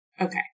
Okay